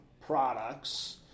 products